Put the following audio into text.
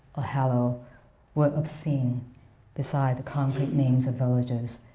or hallow were obscene beside the concrete names of villagers,